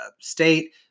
state